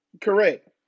Correct